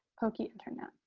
okie internet.